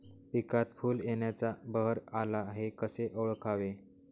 पिकात फूल येण्याचा बहर आला हे कसे ओळखावे?